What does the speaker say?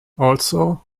also